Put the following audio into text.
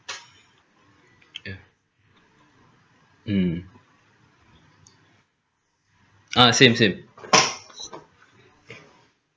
yeah mm ah same same